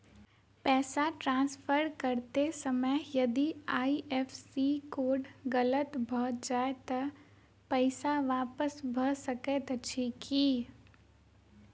पैसा ट्रान्सफर करैत समय यदि आई.एफ.एस.सी कोड गलत भऽ जाय तऽ पैसा वापस भऽ सकैत अछि की?